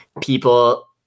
people